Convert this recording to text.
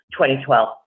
2012